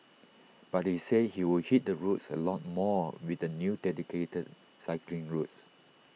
but he said he would hit the roads A lot more with the new dedicated cycling routes